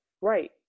Right